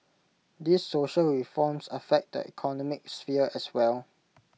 these social reforms affect the economic sphere as well